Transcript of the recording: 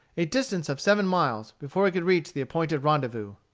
a distance of seven miles, before he could reach the appointed rendezvous.